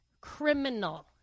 criminal